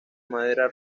madera